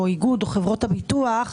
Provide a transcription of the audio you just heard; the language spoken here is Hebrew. איגוד או חברות הביטוח.